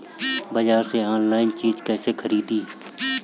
बाजार से आनलाइन चीज कैसे खरीदी?